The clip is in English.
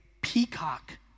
peacock